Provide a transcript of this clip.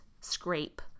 scrape